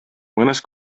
mõnes